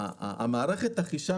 במערכת החישה,